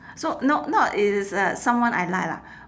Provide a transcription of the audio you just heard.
so no not it is uh someone I like lah